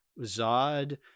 Zod